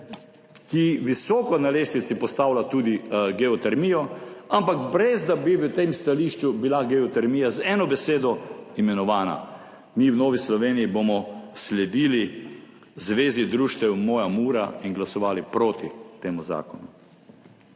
ki visoko na lestvici postavlja tudi geotermijo, ampak brez, da bi v tem stališču bila geotermija z eno besedo imenovana. Mi, v Novi Sloveniji, bomo sledili Zvezi društev Moja Mura in glasovali proti temu zakonu.